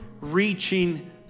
reaching